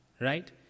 right